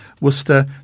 Worcester